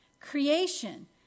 Creation